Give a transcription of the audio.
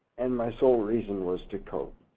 and my sole reason was to cope.